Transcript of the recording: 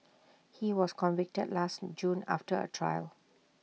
he was convicted last June after A trial